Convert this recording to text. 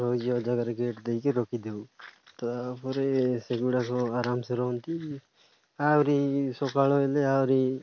ରହୁ ଯିିବ ଜାଗାରେ ଗେଟ୍ ଦେଇକି ରଖିଦଉ ତା'ପରେ ସେଗୁଡ଼ାକ ଆରାମ ସେ ରହନ୍ତି ଆହୁରି ସକାଳ ହେଲେ ଆହୁରି